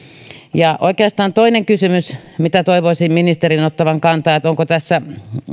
oikeastaan toinen kysymys mihin toivoisin ministerin ottavan kantaa onko tässä